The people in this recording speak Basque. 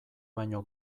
baino